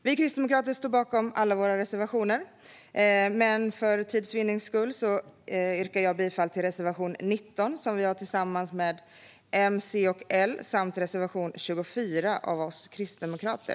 Vi kristdemokrater står bakom alla våra reservationer, men för tids vinnande yrkar jag bifall endast till reservation 19, som vi har tillsammans med M, C och L, samt till reservation 24 av oss kristdemokrater.